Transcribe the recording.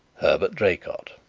herbert draycott.